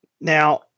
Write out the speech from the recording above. Now